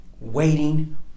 Waiting